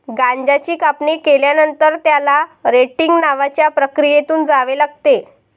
गांजाची कापणी केल्यानंतर, त्याला रेटिंग नावाच्या प्रक्रियेतून जावे लागते